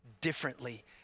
differently